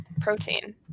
Protein